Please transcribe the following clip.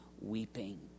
weeping